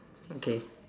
okay